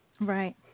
Right